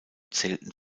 zählten